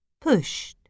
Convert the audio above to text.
Pushed